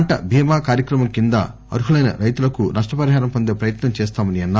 పంట బీమా కార్యక్రమం కింద అర్హులైన రైతులకు నష్టపరిహారం పొందే ప్రయత్నం చేస్తామన్నారు